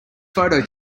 photo